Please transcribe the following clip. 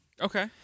Okay